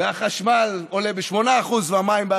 החשמל עולה ב-8%, המים,